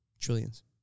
Trillions